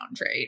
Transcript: right